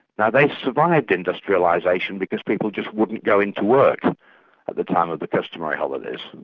now they survived industrialisation because people just wouldn't go in to work at the time of the customary holidays,